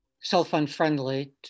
self-unfriendly